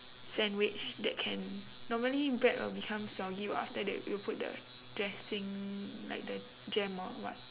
sandwich that can normally bread will become soggy [what] after that you put the dressing like the jam or what